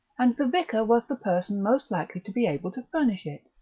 and the vicar was the person most likely to be able to furnish it.